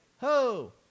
ho